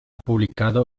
publicado